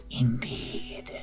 Indeed